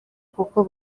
kuko